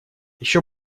еще